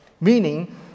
Meaning